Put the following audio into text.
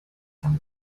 from